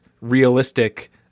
realistic